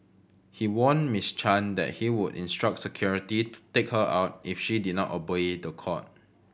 he warned Miss Chan that he would instruct security to take her out if she did not obey the court